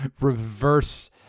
reverse